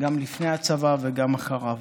גם לפני הצבא וגם אחריו.